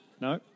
No